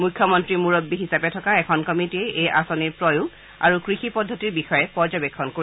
মুখ্যমন্ত্ৰী মুৰববী হিচাপে থকা এখন কমিটিয়ে এই আঁচনিৰ প্ৰয়োগ আৰু কৃষি পদ্ধতিৰ বিষয়ে পৰ্যবেক্ষণ কৰিব